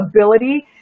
ability